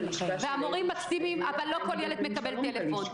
והמורים מקסימים אבל לא כל ילד מקבל טלפון.